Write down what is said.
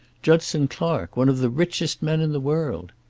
judson clark, one of the richest men in the world!